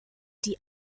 die